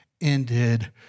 ended